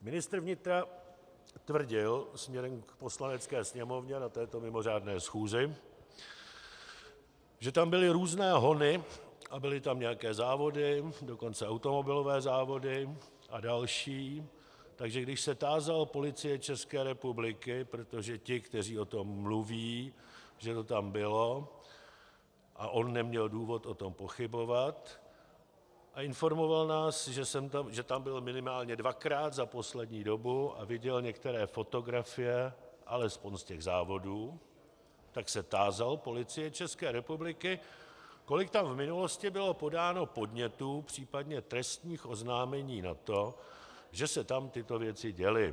Ministr vnitra tvrdil směrem k Poslanecké sněmovně na této mimořádné schůzi, že tam byly různé hony a byly tam nějaké závody, dokonce automobilové závody a další, takže když se tázal Policie České republiky, protože ti, kteří o tom mluví, že to tam bylo, a on neměl důvod o tom pochybovat, a informoval nás, že tam byl minimálně dvakrát za poslední dobu a viděl některé fotografie alespoň z těch závodů, tak se tázal Policie České republiky, kolik tam v minulosti bylo podáno podnětů, případně trestních oznámení na to, že se tam tyto věci děly.